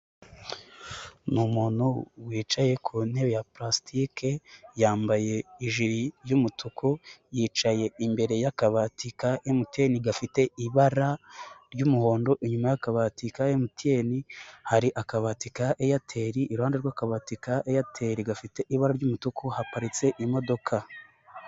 Ni umuntu wicaye ku ntebe ya pulasitike, yambaye ijiri ry'umutuku yicaye imbere y'akabati ka MTN gafite ibara ry'umuhondo, inyuma y'akabati ka MTN, hari akabati ka Airtel, iruhande rw'akabati ka Airtel gafite ibara ry'umutuku, haparitse imodoka.